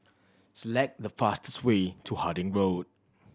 select the fastest way to Harding Road